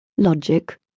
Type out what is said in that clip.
Logic